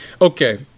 okay